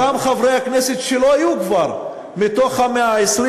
אותם חברי הכנסת שלא יהיו כבר מתוך ה-120.